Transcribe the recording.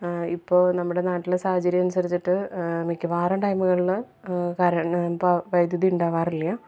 ഇപ്പോൾ നമ്മുടെ നാട്ടിലെ സാഹചര്യമനുസരിച്ചിട്ട് മിക്കവാറും ടൈമുകളിൽ കാരണം ഇപ്പോൾ വൈദ്യുതി ഉണ്ടാവാറില്ല്യാ